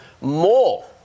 more